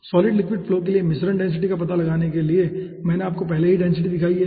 solid liquid flow के लिए मिश्रण डेंसिटी का पता लगाने के लिए मैंने आपको पहले ही डेंसिटी दिखायी है